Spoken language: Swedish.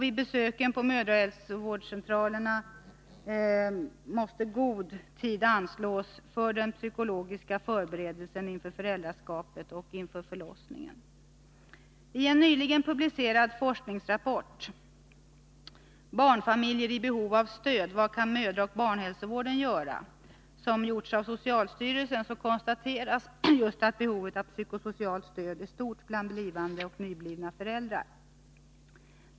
Vid besöken på mödravårdscentralen måste god tid anslås för den psykologiska förberedelsen inför föräldraskapet och förlossningen. I en nyligen publicerad forskningsrapport ”Barnfamiljer i behov av stöd. Vad kan mödraoch barnhälsovården göra?” som gjorts av socialstyrelsen konstateras att behovet av psykosocialt stöd är stort bland blivande och nyblivna föräldrar.